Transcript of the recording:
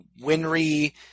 Winry